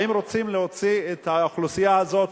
האם רוצים להוציא את האוכלוסייה הזאת,